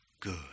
good